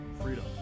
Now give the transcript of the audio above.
freedom